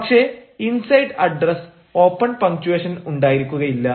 പക്ഷേ ഇൻസൈഡ് അഡ്രസ്സിൽ open punctuation ഉണ്ടായിരിക്കില്ല